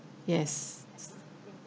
yes